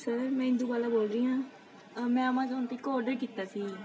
sir ਮੈਂ ਇੰਦੂ ਬਾਲਾ ਬੋਲ ਰਹੀ ਹਾਂ ਮੈਂ ਐਮਾਜੋਨ 'ਤੇ ਇੱਕ ਆਰਡਰ ਕੀਤਾ ਸੀ